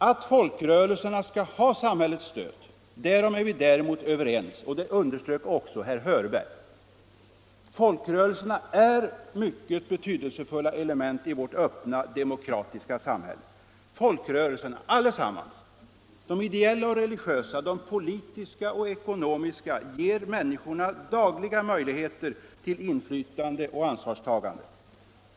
Att folkrörelserna skall ha samhällets stöd, därom är vi däremot överens, och det underströk också herr Hörberg. Folkrörelserna är mycket betydelsefulla element i vårt öppna demokratiska samhälle. Folkrörelserna —- allesammans: de ideella och religiösa, de politiska och ekonomiska — ger människorna dagliga möjligheter till inflytande och ansvarstagande.